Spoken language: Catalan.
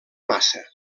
massa